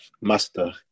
Master